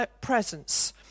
presence